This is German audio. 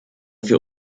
für